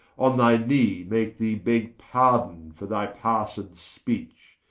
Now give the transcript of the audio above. on thy knee make thee begge pardon for thy passed speech,